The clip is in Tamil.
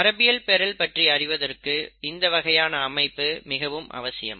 மரபுவழிப்பெறல் பற்றி அறிவதற்கு இந்த வகையான அமைப்பு மிகவும் அவசியம்